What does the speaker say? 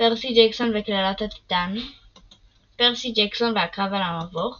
פרסי ג'קסון וקללת הטיטאן פרסי ג'קסון והקרב על המבוך